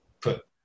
put